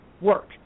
work